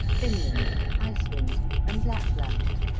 finland, iceland and lapland.